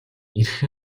эрх